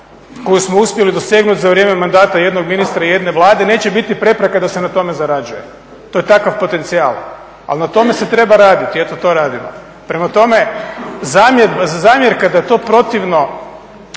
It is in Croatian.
koju smo uspjeli dosegnuti za vrijeme mandata jednog ministra i jedne Vlade neće biti prepreka da se na tome zarađuje. To je takav potencijal ali na tome se treba raditi. I eto to radimo. Prema tome zamjerka da je to protivno